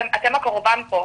אתם הקורבן פה.